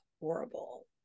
horrible